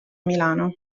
milano